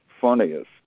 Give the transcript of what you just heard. funniest